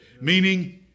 meaning